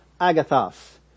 agathos